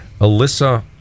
Alyssa